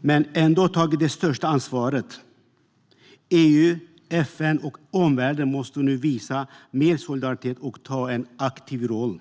men vi har ändå tagit det största ansvaret. EU, FN och omvärlden måste nu visa mer solidaritet och ta en aktiv roll.